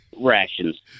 rations